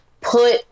put